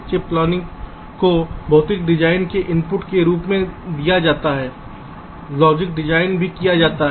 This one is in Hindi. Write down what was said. चिप प्लानिंग को भौतिक डिजाइन के इनपुट के रूप में दिया जाता है लॉजिक डिजाइन भी किया जाता है